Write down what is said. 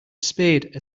spade